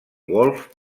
golf